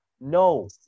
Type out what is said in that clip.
No